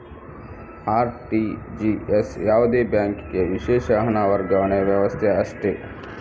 RTGS ಯಾವುದೇ ಬ್ಯಾಂಕಿಗೆ ವಿಶೇಷ ಹಣ ವರ್ಗಾವಣೆ ವ್ಯವಸ್ಥೆ ಅಷ್ಟೇ